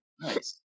Nice